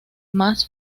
más